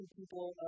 people